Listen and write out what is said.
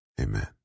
amen